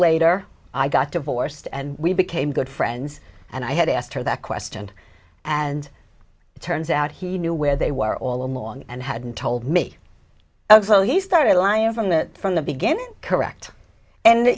later i got divorced and we became good friends and i had asked her that question and it turns out he knew where they were all along and had told me so he started lying from the from the beginning correct and